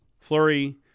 Flurry